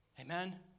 Amen